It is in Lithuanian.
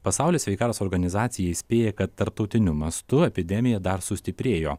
pasaulio sveikatos organizacija įspėja kad tarptautiniu mastu epidemija dar sustiprėjo